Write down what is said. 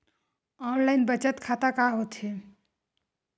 Online बचत खाता का होथे?